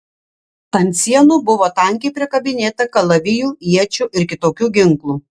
ant sienų buvo tankiai prikabinėta kalavijų iečių ir kitokių ginklų